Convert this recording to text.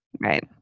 Right